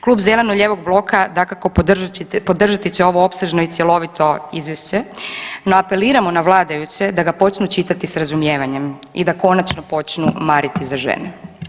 Klub zeleno-lijevog bloka dakako podržati će ovo opsežno i cjelovito izvješće, no apeliramo na vladajuće da ga počnu čitati s razumijevanjem i da konačno počnu mariti za žene.